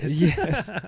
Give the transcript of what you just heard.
Yes